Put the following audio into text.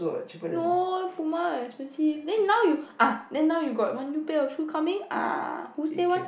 no Puma is expensive then now you ah then now you got one new pair of shoe coming ah who said one